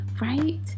right